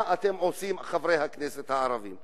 מה אתם עושים, חברי הכנסת הערבים.